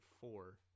four